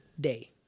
day